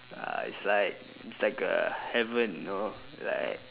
uh it's like it's like a heaven you know like